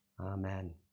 amen